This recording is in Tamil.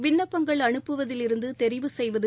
விண்ணப்பங்கள் அனுப்புவதிலிருந்து தெரிவு செய்வது